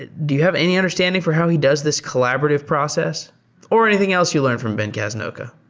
ah do you have any understanding for how he does this collaborative process or anything else you learned from ben casnocha?